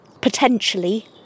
potentially